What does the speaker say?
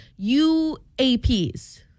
uaps